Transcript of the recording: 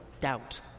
doubt